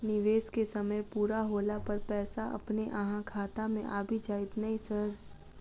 निवेश केँ समय पूरा होला पर पैसा अपने अहाँ खाता मे आबि जाइत नै सर?